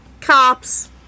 Cops